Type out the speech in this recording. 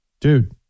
Dude